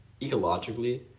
ecologically